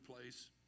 place